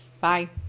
Bye